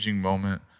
moment